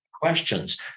questions